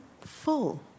full